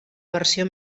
versió